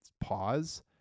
pause